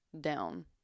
down